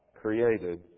created